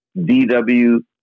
DW